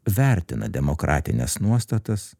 vertina demokratines nuostatas